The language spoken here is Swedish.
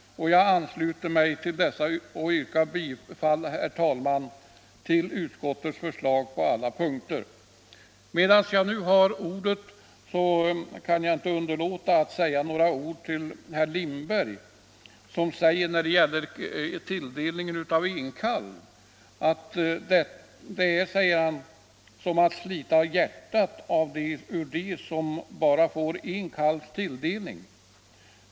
Jag ansluter mig till dessa och yrkar, herr talman, på alla punkter bifall till vad utskottet hemställt. Medan jag nu har ordet kan jag inte underlåta att bemöta herr Lindberg som säger att tilldela en älgjägare en kalv är som att slita hjärtat ur bröstet på honom.